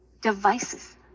devices